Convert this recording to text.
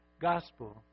gospel